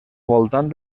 voltant